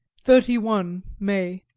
thirty one may.